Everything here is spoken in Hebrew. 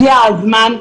הגיע הזמן,